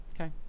Okay